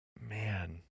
Man